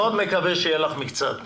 מאוד מקווה שיהיה לך מקצת.